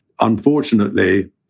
Unfortunately